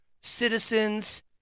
citizens